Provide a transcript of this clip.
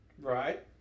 Right